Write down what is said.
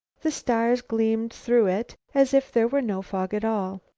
the stars gleamed through it as if there were no fog at all.